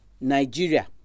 Nigeria